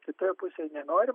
kitoj pusėj nenorim